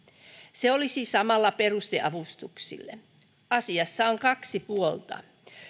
se olisi samalla peruste avustuksille asiassa on kaksi puolta